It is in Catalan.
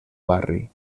barri